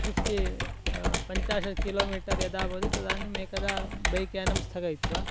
fifty पञ्चाशत् kilometre यदा भवति तदानीम् एकदा बैक्यानं स्थगयित्वा